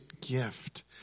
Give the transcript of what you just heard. gift